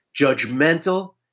Judgmental